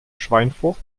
schweinfurt